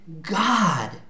God